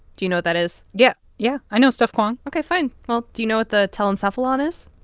do you know that is? yeah, yeah. i know stuff, kwong ok, fine. well, do you know what the telencephalon is?